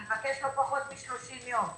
אני אבקש לא פחות מ-30 יום,